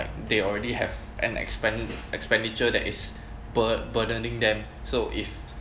they already have an expend~ expenditure that is bur~ burdening them so if